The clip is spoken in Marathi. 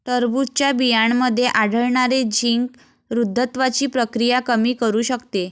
टरबूजच्या बियांमध्ये आढळणारे झिंक वृद्धत्वाची प्रक्रिया कमी करू शकते